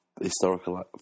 historical